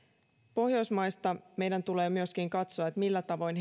pohjoismaista meidän tulee myöskin katsoa millä tavoin